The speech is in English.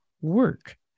work